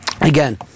Again